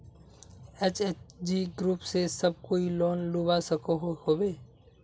SHG group से सब कोई लोन लुबा सकोहो होबे?